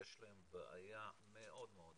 יש להם בעיה מאוד מאוד קשה,